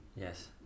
Yes